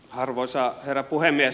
arvoisa herra puhemies